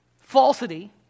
falsity